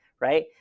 right